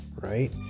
right